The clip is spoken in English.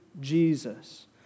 Jesus